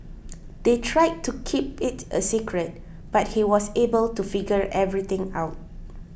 they tried to keep it a secret but he was able to figure everything out